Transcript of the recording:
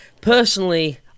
Personally